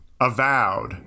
Avowed